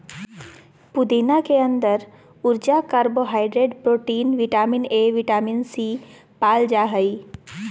पुदीना के अंदर ऊर्जा, carbohydrate, protein, vitamin A, vitamin C, पाल जा हइ